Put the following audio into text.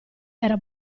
era